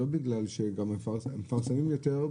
לא בגלל -- -הם מפרסמים יותר,